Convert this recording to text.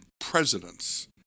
presidents